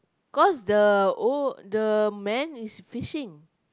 cause the old the man is fishing